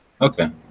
Okay